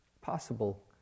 possible